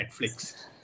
Netflix